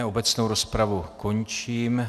Obecnou rozpravu končím.